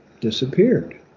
disappeared